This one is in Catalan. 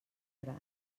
gran